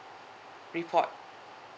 report